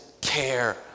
care